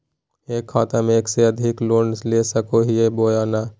एक खाता से एक से अधिक लोन ले सको हियय बोया नय?